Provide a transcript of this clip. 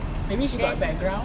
maybe she got background